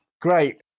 great